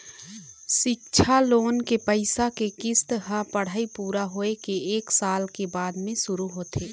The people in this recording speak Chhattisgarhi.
सिक्छा लोन के पइसा के किस्त ह पढ़ाई पूरा होए के एक साल के बाद म शुरू होथे